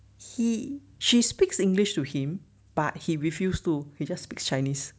he she speaks english to him but he refused to he just speaks chinese